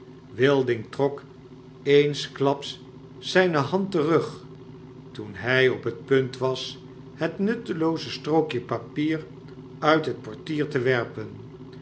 wilding trok eensklaps zijne hand terug toen hy op het punt was het nuttelooze strookje papier nit het portier te werpen